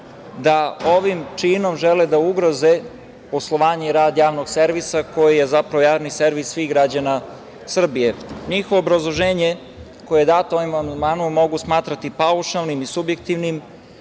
da ovim činom žele da ugroze poslovanje i rad javnog servisa, koji je zapravo javni servis svih građana Srbije. Njihovo obrazloženje koje je dato ovim amandmanom mogu smatrati paušalnim i subjektivnim,